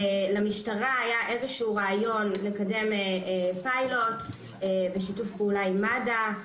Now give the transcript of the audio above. למשטרה היה איזשהו רעיון לקדם פיילוט בשיתוף פעולה עם מד"א.